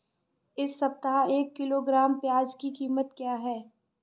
इस सप्ताह एक किलोग्राम प्याज की कीमत क्या है?